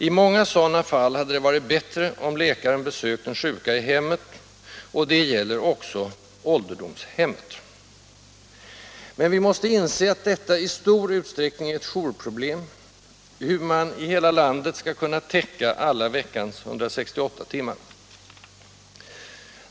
I många sådana fall hade det varit bättre om läkaren besökt de sjuka i hemmet — det gäller också ålderdomshemmet. Men vi måste inse att detta i stor utsträckning är ett jourproblem, hur man i hela landet skall kunna täcka veckans alla 168 timmar.